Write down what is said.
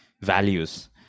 values